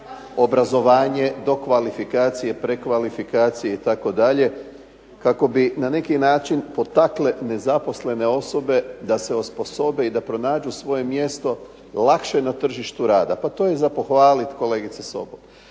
obrazovanje, dokvalifikacije, prekvalifikacije itd. kako bi na neki način potakle nezaposlene osobe da se osposobe i da pronađu svoje mjesto lakše na tržištu rada. Pa to je za pohvalit, kolegice Sobol.